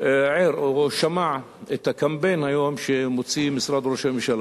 ער או שמע את הקמפיין שמוציא היום משרד ראש הממשלה